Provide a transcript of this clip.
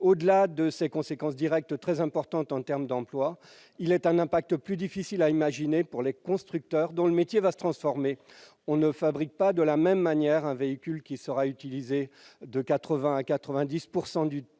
Au-delà de ses conséquences directes très importantes en termes d'emplois, cette révolution aura un impact plus difficile à imaginer sur les constructeurs, dont l'activité va se transformer : on ne fabrique pas de la même manière un véhicule qui sera utilisé de 80 % à 90 % du temps